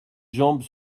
jambes